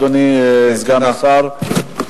אדוני סגן השר,